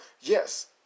Yes